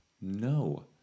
No